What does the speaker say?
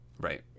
right